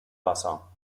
wasser